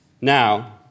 Now